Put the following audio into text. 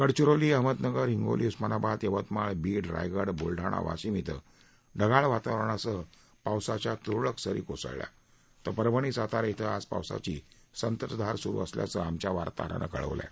गडचिरोली अहमदनगर हिंगोली उस्मानाबाद यवतमाळ बीड रायगड बुलडाणा वाशिम इथं ढगाळ वातावरणासह पावसाच्या तुरळक सरी कोसळल्या तर परभणी सातारा इथं आज पावसाची संततधार सुरु असल्याचं आमच्या वार्ताहरानं कळवलं आहे